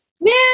Man